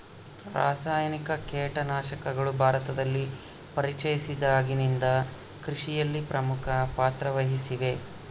ರಾಸಾಯನಿಕ ಕೇಟನಾಶಕಗಳು ಭಾರತದಲ್ಲಿ ಪರಿಚಯಿಸಿದಾಗಿನಿಂದ ಕೃಷಿಯಲ್ಲಿ ಪ್ರಮುಖ ಪಾತ್ರ ವಹಿಸಿವೆ